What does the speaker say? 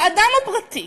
האדם הפרטי,